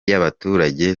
y’abaturage